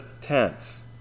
tense